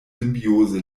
symbiose